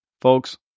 Folks